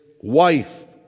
wife